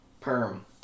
perm